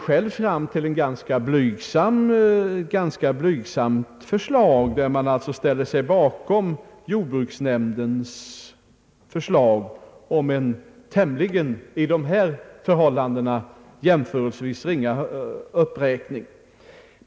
Sedan framlägger reservanterna ett ganska blygsamt förslag, där man ställer sig bakom jordbruksnämndens hemställan om en mot den av reservanterna utmålade situationen jämförelsevis ringa uppräkning.